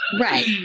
Right